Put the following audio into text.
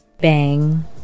Bang